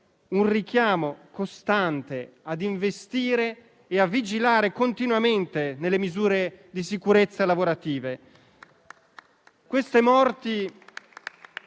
un richiamo costante ad investire e a vigilare continuamente sulle misure di sicurezza lavorative.